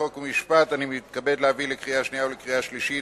חוק ומשפט אני מתכבד להביא לקריאה השנייה ולקריאה השלישית